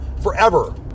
Forever